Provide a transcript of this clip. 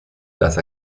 las